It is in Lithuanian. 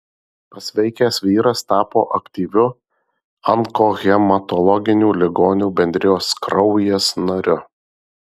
pasveikęs vyras tapo aktyviu onkohematologinių ligonių bendrijos kraujas nariu